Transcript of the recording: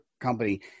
company